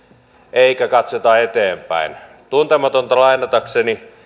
eikä katsota eteenpäin tuntematonta lainatakseni